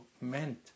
meant